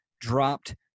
dropped